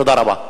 תודה רבה.